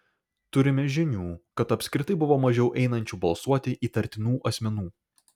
turime žinių kad apskritai buvo mažiau einančių balsuoti įtartinų asmenų